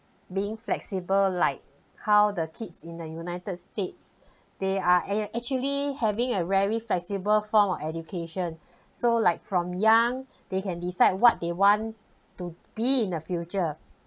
being flexible like how the kids in the united states they are au~ actually having a very flexible form of education so like from young they can decide what they want to be in the future